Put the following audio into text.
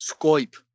Skype